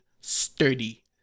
sturdy